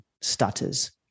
stutters